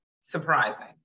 surprising